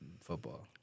football